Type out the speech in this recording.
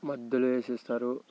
మధ్యలో వేసేస్తారు